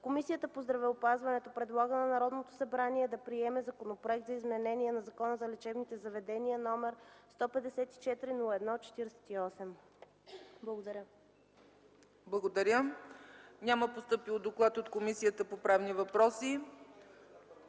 Комисията по здравеопазването предлага на Народното събрание да приеме Законопроект за изменение на Закона за лечебните заведения, № 154-01-48.” Благодаря. ПРЕДСЕДАТЕЛ ЦЕЦКА ЦАЧЕВА: Благодаря. Няма постъпил доклад от Комисията по правни въпроси.